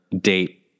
date